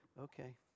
Okay